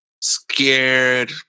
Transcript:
scared